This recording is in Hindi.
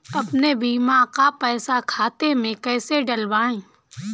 अपने बीमा का पैसा खाते में कैसे डलवाए?